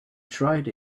tried